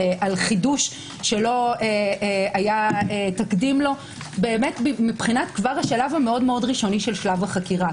על חידוש שלא היה תקדים לו מבחינת השלב המאוד ראשוני של שלב החקירה.